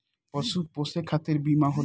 पशु पोसे खतिर बीमा होला